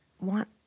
want